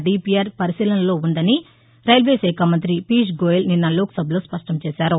DPR పరిశీలనలో ఉందని రైల్వేశాఖ మంతి పియూష్ గోయల్ నిన్న లోక్సభలో స్పష్టం చేశారు